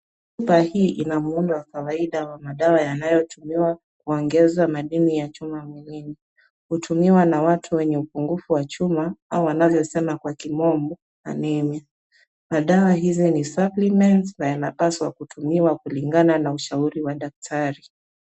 Chupa hii ina muundo wa kawaida wa madawa yanayotumiwa kuongeza madini ya chuma mwilini. Hutumiwa na watu wenye upungufu wa chuma au wanavyosema kwa kimombo anaemia . Madawa hizi ni suppliments na yanapaswa kutumiwa kulingana na ushauri wa daktari.